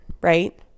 right